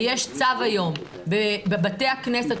ויש צו היום בבתי הכנסת,